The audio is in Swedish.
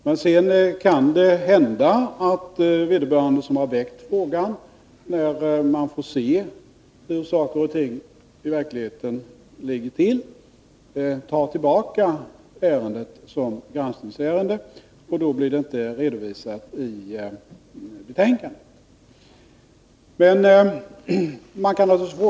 Men sedan kan det hända att när den som har väckt frågan får se hur saker och ting i verkligheten förhåller sig tar han tillbaka ärendet som granskningsärende, och då blir det inte redovisat i betänkandet.